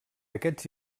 aquests